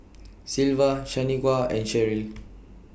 Sylva Shanequa and Sherrill